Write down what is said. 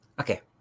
Okay